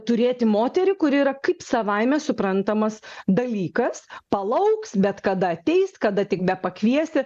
turėti moterį kuri kaip savaime suprantamas dalykas palauks bet kada ateis kada tik bepakviesi